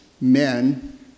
men